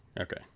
Okay